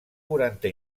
quaranta